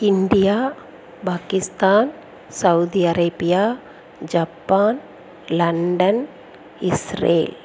India Pakistan Saudi Arabia Japan London Israel